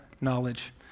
knowledge